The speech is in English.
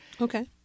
Okay